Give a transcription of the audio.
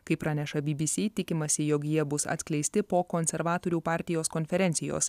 kaip praneša bbc tikimasi jog jie bus atskleisti po konservatorių partijos konferencijos